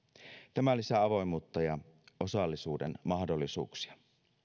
tämä lisää avoimuutta ja osallisuuden mahdollisuuksia